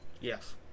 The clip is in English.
Yes